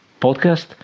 podcast